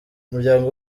umuryango